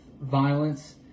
violence